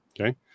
Okay